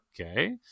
okay